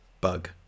bug